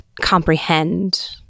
comprehend